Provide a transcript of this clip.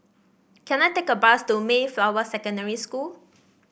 can I take a bus to Mayflower Secondary School